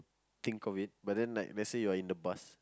think of it but then like let's say you're in the bus